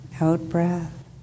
out-breath